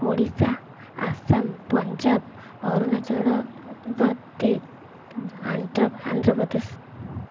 Odisha Assam Punjab Arunachal Andhra Pradesh